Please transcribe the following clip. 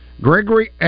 Gregory